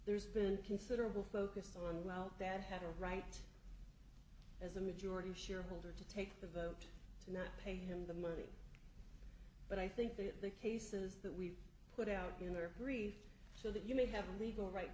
there's been considerable focus on the out that have a right as a majority shareholder to take the vote to not pay him the money but i think that the cases that we've put out in their grief so that you may have a legal right